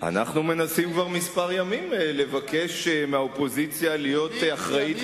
אנחנו מנסים כבר ימים מספר לבקש מהאופוזיציה להיות אחראית,